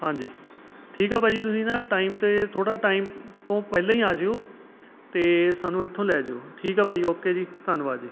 ਹਾਂਜੀ ਠੀਕ ਆ ਭਾਅ ਜੀ ਤੁਸੀਂ ਨਾ ਟਾਈਮ 'ਤੇ ਥੋੜ੍ਹਾ ਟਾਈਮ ਤੋਂ ਪਹਿਲਾਂ ਹੀ ਆ ਜਿਉ ਅਤੇ ਸਾਨੂੰ ਇੱਥੋਂ ਲੈ ਜਾਇਓ ਠੀਕ ਆ ਭਾਅ ਜੀ ਓਕੇ ਜੀ ਧੰਨਵਾਦ ਜੀ